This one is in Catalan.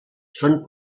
són